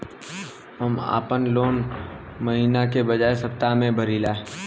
हम आपन लोन महिना के बजाय सप्ताह में भरीला